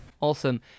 Awesome